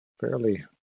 fairly